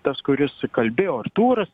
tas kuris kalbėjo artūras